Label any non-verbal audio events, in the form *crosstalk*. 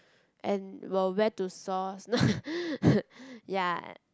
and were where to source *laughs* ya